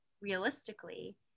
realistically